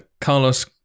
Carlos